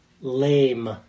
lame